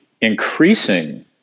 increasing